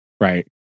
right